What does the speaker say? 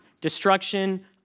destruction